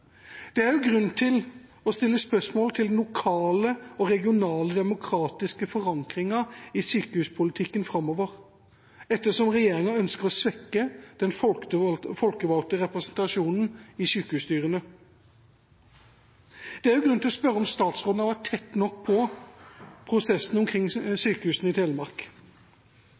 posisjon. Det er grunn til å stille spørsmål ved den lokale og regionale demokratiske forankringa i sykehuspolitikken framover, ettersom regjeringa ønsker å svekke den folkevalgte representasjonen i sykehusstyrene. Det er også grunn til å spørre om statsråden har vært tett nok på prosessene omkring Sykehuset Telemark.